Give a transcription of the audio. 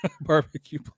Barbecue